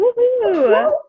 Woohoo